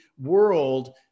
world